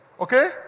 Okay